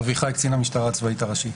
שמי אביחי, קצין המשטרה הצבאית הראשי.